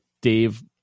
Dave